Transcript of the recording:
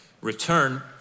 return